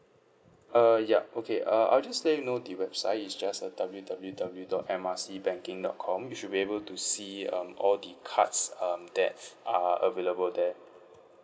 uh yup okay uh I'll just let you know the website is just a W W W dot M R C banking dot com you should be able to see um all the cards um that are available there